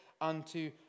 unto